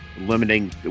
limiting –